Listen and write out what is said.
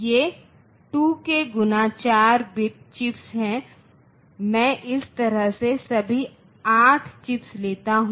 ये 2kx4 bit chips हैं मैं इस तरह से सभी 8 चिप्स लेता हूं